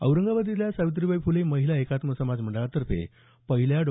औरंगाबाद इथल्या सावित्रीबाई फुले महिला एकात्म समाज मंडळातर्फे पहिल्या डॉ